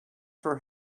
for